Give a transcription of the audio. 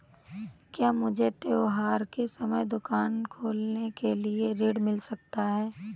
क्या मुझे त्योहार के समय दुकान खोलने के लिए ऋण मिल सकता है?